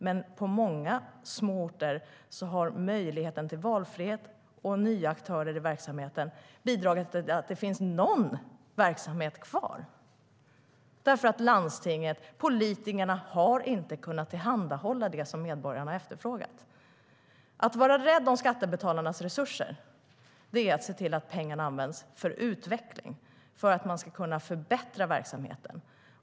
Men på många små orter har möjligheten till valfrihet och nya aktörer i verksamheten bidragit till att det i alla fall finns någon verksamhet kvar; landstingen och politikerna har inte kunnat tillhandahålla det som medborgarna efterfrågat. Att vara rädd om skattebetalarnas resurser är att se till att pengarna används för utveckling och för att man ska kunna förbättra verksamheten.